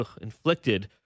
inflicted